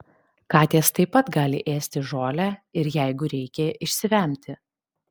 katės taip pat gali ėsti žolę ir jeigu reikia išsivemti